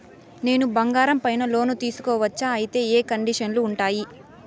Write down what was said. నేను బంగారం పైన లోను తీసుకోవచ్చా? అయితే ఏ కండిషన్లు ఉంటాయి?